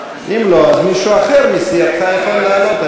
אם לא, אם לא, אז מישהו אחר מסיעתך יכול לעלות.